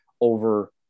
over